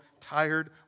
tired